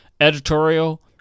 editorial